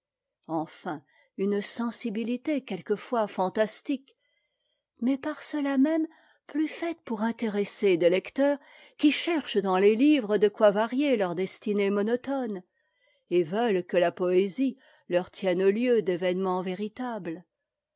enfin une'sensibiiité quelquefois fantastique mais par cela même plus faite pour intéresser des lecteurs qui cherchent dans les livres de quoi varier leur destinée monotone et veulent que la poésie leur tienne lieu d'événements véritables